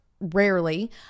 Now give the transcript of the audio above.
rarely